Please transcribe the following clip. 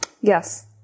Yes